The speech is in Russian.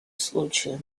случаям